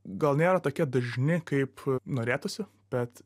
gal nėra tokie dažni kaip norėtųsi bet